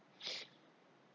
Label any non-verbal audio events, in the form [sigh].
[noise]